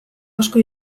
asko